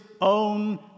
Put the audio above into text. own